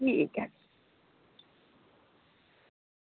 ठीक ऐ